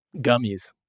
gummies